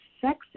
sex